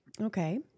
okay